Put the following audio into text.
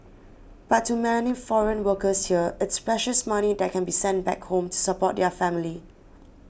but to many foreign workers here it's precious money that can be sent back home to support their family